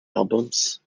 albums